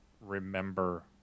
remember